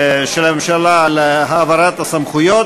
שמדובר על הודעה של הממשלה על העברת סמכויות,